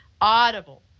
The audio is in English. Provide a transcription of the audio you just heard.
Audible